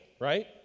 right